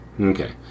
Okay